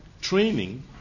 training